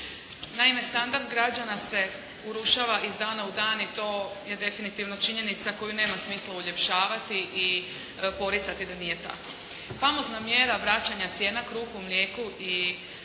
Naime, standard građana se urušava iz dana u dan i to je definitivno činjenica koju nema smisla uljepšavati i poricati da nije tako. Famozna mjera vraćanja cijena kruhu, mlijeku i